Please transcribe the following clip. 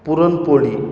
puran poli